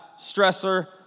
stressor